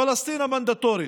פלסטין המנדטורית,